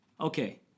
okay